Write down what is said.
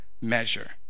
measure